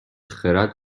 خرد